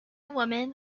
woman